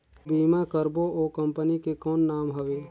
बीमा करबो ओ कंपनी के कौन नाम हवे?